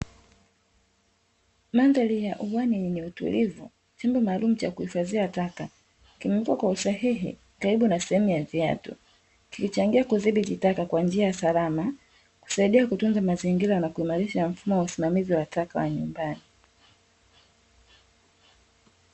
Mandhari ya uwani yenye utulivu, chombo maalumu cha kuhifadhia taka kimewekwa kwa usahihi karibu na sehemu ya viatu. Kinachangia kudhibiti taka kwa njia salama, kusaidia kutunza mazingira na kuimarisha mfumo wa usimamizi wa taka wa nyumbani.